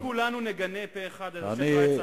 אם כולנו נגנה פה אחד את השיח' ראאד סלאח,